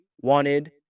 wanted